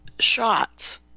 Shots